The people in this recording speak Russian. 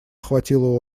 охватило